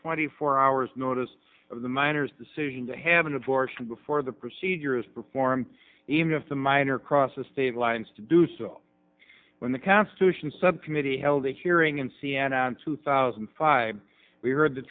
twenty four hours notice the minors decision to have an abortion before the procedure is performed even if the minor crosses state lines to do so when the constitution subcommittee held a hearing and c n n two thousand and five we heard the